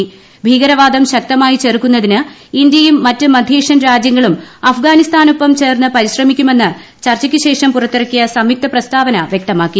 പ്രഭീകരവാദം ശക്തമായി ചെറുക്കുന്നതിന് ഇന്ത്യയും മറ്റ് മിധ്യേഷ്യൻ രാജ്യങ്ങളും അഫ്ഗാനിസ്ഥാനൊപ്പം ചേർന്ന് പുരിശ്രമിക്കുമെന്ന് ചർച്ചയ്ക്കു ശേഷം പുറത്തിറക്കിയ സംയുക്തീ പ്രസ്താവന വൃക്തമാക്കി